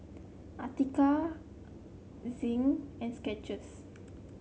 Atira Zinc and Skechers